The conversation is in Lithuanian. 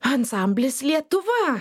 ansamblis lietuva